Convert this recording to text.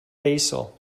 basil